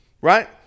Right